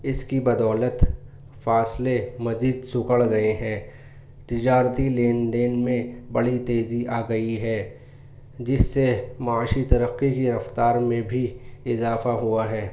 اس کی بدولت فاصلے مزید سکڑ گئے ہیں تجارتی لین دین میں بڑی تیزی آ گئی ہے جس سے معاشی ترقی کی رفتار میں بھی اضافہ ہوا ہے